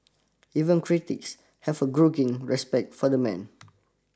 even critics have a grudging respect for the man